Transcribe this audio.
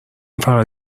فقط